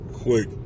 Quick